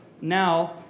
now